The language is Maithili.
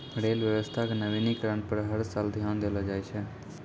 रेल व्यवस्था के नवीनीकरण पर हर साल ध्यान देलो जाय छै